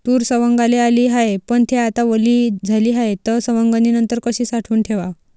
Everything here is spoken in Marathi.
तूर सवंगाले आली हाये, पन थे आता वली झाली हाये, त सवंगनीनंतर कशी साठवून ठेवाव?